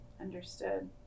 understood